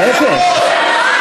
להפך.